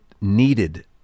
needed